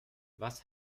was